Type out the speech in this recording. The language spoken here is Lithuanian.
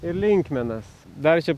ir linkmenas dar čia